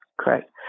Correct